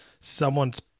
someone's